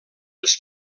les